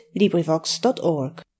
LibriVox.org